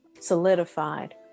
Solidified